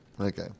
Okay